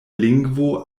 lingvo